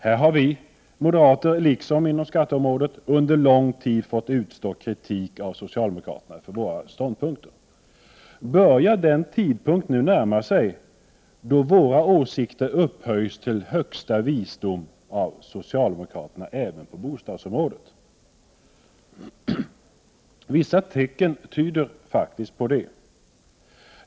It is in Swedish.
På detta område — liksom på skatteområdet — har vi moderater under lång tid fått utstå kritik av socialdemokraterna för våra ståndpunkter. Börjar den tidpunkt nu närma sig då våra åsikter även på bostadsområdet upphöjs till högsta visdom av socialdemokraterna? Vissa tecken tyder faktiskt på detta.